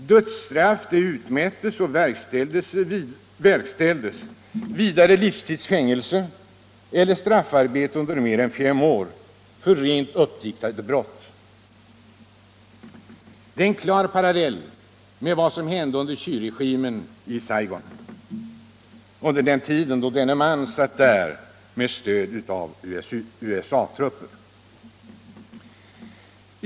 Dödsstraff utmättes och verkställdes, vidare dömdes till livstids fängelse eller straffarbete under mer än fem år — för rent uppdiktade brott. Det är en klar parallell till vad som hände under Thieu-regimen i Saigon, på den tiden Thieu satt där med stöd av USA-trupper.